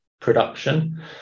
production